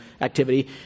activity